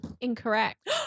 Incorrect